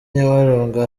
nyabarongo